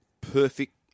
perfect